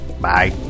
Bye